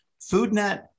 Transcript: Foodnet